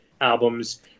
albums